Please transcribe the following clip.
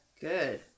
Good